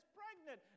pregnant